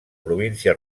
província